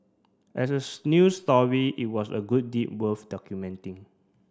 as news story it was a good deed worth documenting